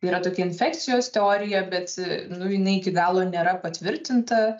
yra tokia infekcijos teorija bet nu jinai iki galo nėra patvirtinta